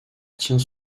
tient